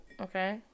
okay